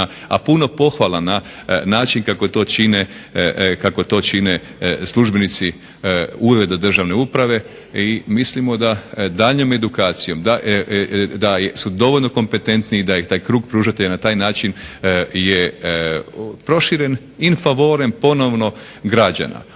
a puno pohvala na način kako to čine službenici ureda državne uprave i mislimo da daljnjom edukacijom, da su dovoljno kompetentni i da je krug pružatelja na taj način proširen in favorem ponovno građena.